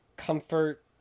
comfort